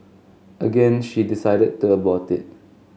again she decided to abort it